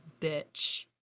bitch